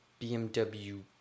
BMW